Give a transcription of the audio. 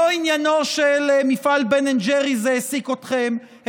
לא עניינו של מפעל בן אנד ג'ריס העסיק אתכם,